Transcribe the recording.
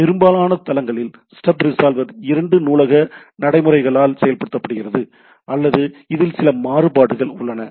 எனவே பெரும்பாலான தளங்களில் ஸ்டப் ரிஸால்வர் இரண்டு நூலக நடைமுறைகளால் செயல்படுத்தப்படுகிறது அல்லது இதில் சில மாறுபாடுகள் உள்ளன